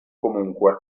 comunque